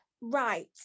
Right